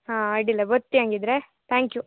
ಹಾಂ ಅಡ್ಡಿಲ್ಲ ಬರ್ತೆ ಹಂಗಿದ್ರೆ ತ್ಯಾಂಕ್ ಯು